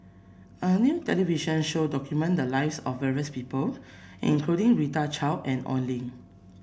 a new television show documented the lives of various people including Rita Chao and Oi Lin